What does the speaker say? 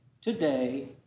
today